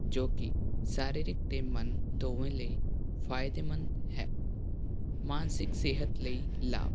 ਜੋ ਕਿ ਸਰੀਰਿਕ ਅਤੇ ਮਨ ਦੋਵੇਂ ਲਈ ਫ਼ਾਇਦੇਮੰਦ ਹੈ ਮਾਨਸਿਕ ਸਿਹਤ ਲਈ ਲਾਭ